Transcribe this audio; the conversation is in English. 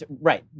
Right